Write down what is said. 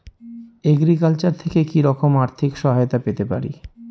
Agriculture থেকে কি রকম আর্থিক সহায়তা পেতে পারি?